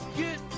get